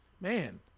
man